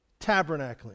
tabernacling